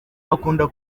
akunda